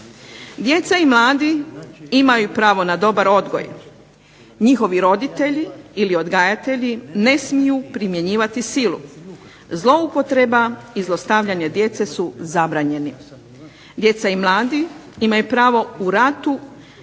Djeca i mladi imaju pravo na dobar odgoj, njihovi roditelji ili odgajatelji ne smiju primjenjivati silu. Zloupotreba i zlostavljanje djece su zabranjeni. Djeca i mladi imaju pravo u ratu